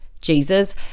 Jesus